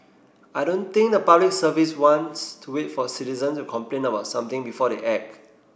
I don't think the Public Service wants to wait for citizens to complain about something before they act